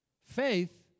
Faith